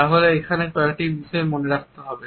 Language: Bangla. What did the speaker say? তাহলে এখানে কয়েকটি বিষয় মনে রাখতে হবে